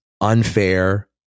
unfair